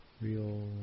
real